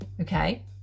Okay